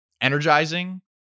energizing